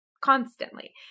constantly